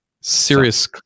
serious